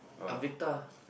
Avita